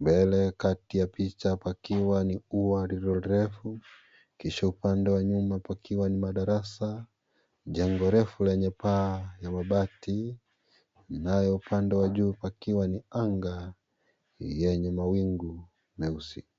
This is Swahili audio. Mbele kati ya picha pakiwa ni ua lililo refu, kisha pande ya nyuma pakiwa ni madarasa, jengo refu yenye paa ya mabati , nayo pande ya juu pakiwa ni anga yenye mawingu nyeusi.